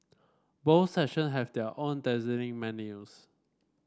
both section have their own dazzling menus